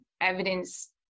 Evidence